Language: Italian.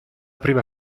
prima